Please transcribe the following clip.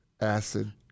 acid